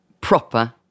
proper